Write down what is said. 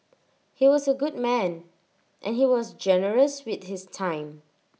he was A good man and he was generous with his time